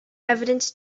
evidence